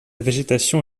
végétation